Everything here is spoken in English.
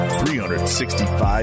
365